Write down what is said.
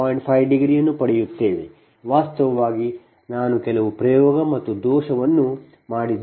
5 ಅನ್ನು ಪಡೆಯುತ್ತೇವೆ ವಾಸ್ತವವಾಗಿ ನಾನು ಕೆಲವು ಪ್ರಯೋಗ ಮತ್ತು ದೋಷವನ್ನು ಮಾಡಿದ್ದೇನೆ